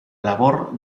labor